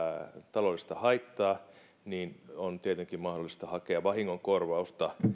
taloudellista haittaa niin on tietenkin mahdollista hakea vahingonkorvausta